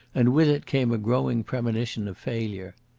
and with it came a growing premonition of failure.